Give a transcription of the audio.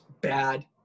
bad